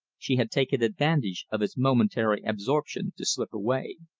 she had taken advantage of his momentary absorption to slip away.